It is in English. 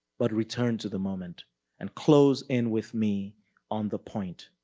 but return to the moment and close in with me on the point.